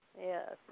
Yes